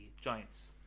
Giants